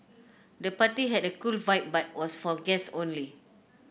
the party had a cool vibe but was for guests only